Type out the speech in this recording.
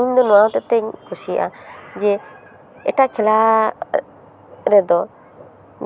ᱤᱧ ᱫᱚ ᱱᱚᱣᱟ ᱦᱚᱛᱮᱜ ᱛᱤᱧ ᱠᱩᱥᱤᱭᱟᱜᱼᱟ ᱡᱮ ᱮᱴᱟᱜ ᱠᱷᱮᱞᱟ ᱨᱮᱫᱚ